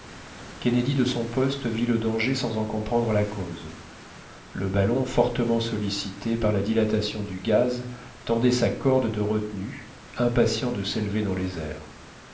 kennedy de son poste vit le danger sans en comprendre la cause le ballon fortement sollicité par la dilatation du gaz tendait sa corde de retenue impatient de s'élever dans les airs